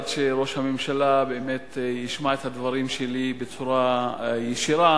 עד שראש הממשלה באמת ישמע את הדברים שלי בצורה ישירה,